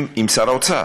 עם שר האוצר,